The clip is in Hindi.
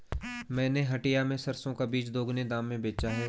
मैंने हटिया में सरसों का बीज दोगुने दाम में बेचा है